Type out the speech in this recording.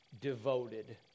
devoted